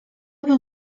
bym